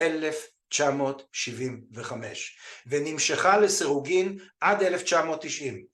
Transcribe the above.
1975 ונמשכה לסירוגין עד 1990